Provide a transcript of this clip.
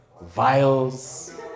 vials